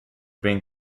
being